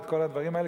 ואת כל הדברים האלה,